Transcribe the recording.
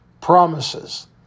promises